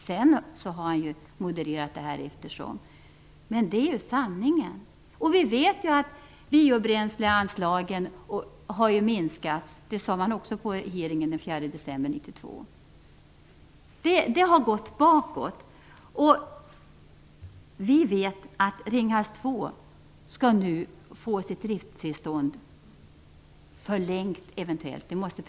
I efterhand har han modererat detta allteftersom. Men detta är ju sanningen. Vi vet ju att biobränsleanslagen har minskats, vilket också regeringen sade den 4 december 1992. Det har alltså gått bakåt. Vi vet att Ringhals 2 efter prövning eventuellt skall få sitt driftstillstånd förlängt.